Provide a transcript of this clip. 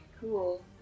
cool